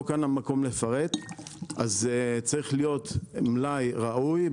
כאן המקום לפרט אז צריך להיות מלאי ראוי,